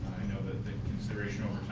i know that the consideration over